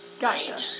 Gotcha